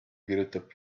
kirjutab